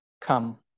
come